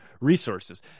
resources